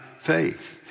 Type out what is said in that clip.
faith